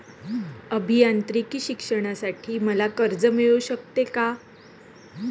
अभियांत्रिकी शिक्षणासाठी मला कर्ज मिळू शकते का?